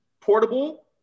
portable